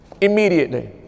immediately